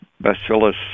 Bacillus